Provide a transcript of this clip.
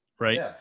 right